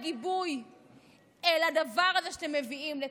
הגיבוי לדבר הזה שאתם מביאים לכאן,